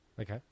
Okay